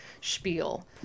spiel